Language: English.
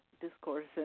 discourse